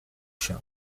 się